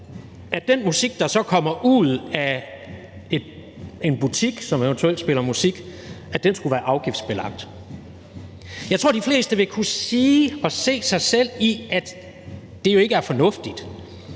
at den musik, der så kommer ud af en butik, som eventuelt spiller musik, skulle være afgiftsbelagt. Jeg tror, de fleste vil synes, at det jo ikke er fornuftigt